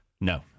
No